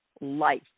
life